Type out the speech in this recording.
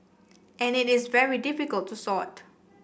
and it is very difficult to sort